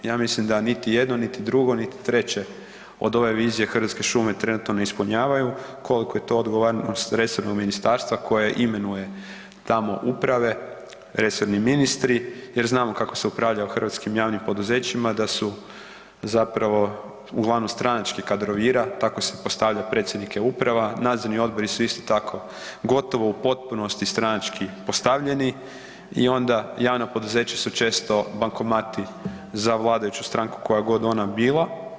Ja mislim da niti jedno, niti drugo, niti treće od ove vizije Hrvatske šume trenutno ne ispunjavaju, koliko je to odgovornost resornog ministarstva koje imenuje tamo uprave, resorni ministri jer znamo kako se upravlja u hrvatskim javnim poduzećima da su zapravo uglavnom stranački kadrovira, tako se postavlja i predsjednike uprava, nadzorni odbori su isto tako gotovo u potpunosti stranački postavljeni i onda javna poduzeća su često bankomati za vladajuću stranku koja god ona bila.